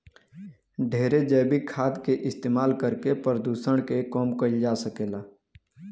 ढेरे जैविक खाद के इस्तमाल करके प्रदुषण के कम कईल जा सकेला